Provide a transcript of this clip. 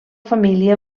família